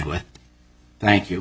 with thank you